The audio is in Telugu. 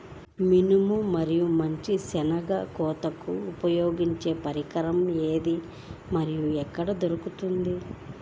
మినుము మరియు మంచి శెనగ కోతకు ఉపయోగించే పరికరం ఏది మరియు ఎక్కడ దొరుకుతుంది?